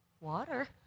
water